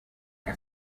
que